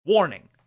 Warning